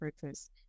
purpose